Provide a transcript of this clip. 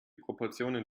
proportionen